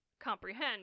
comprehend